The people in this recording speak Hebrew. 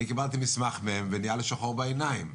אני קיבלתי מסמך מהם ונהיה לי שחור בעיניים.